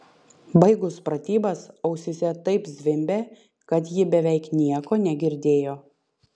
baigus pratybas ausyse taip zvimbė kad ji beveik nieko negirdėjo